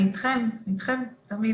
אני איתכם תמיד.